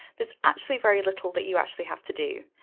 there's actually very little that you actually have to do.